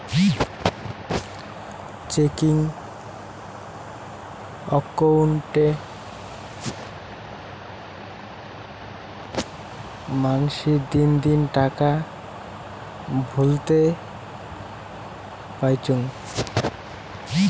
checking অক্কোউন্টে মানসী দিননি টাকা তুলতে পাইচুঙ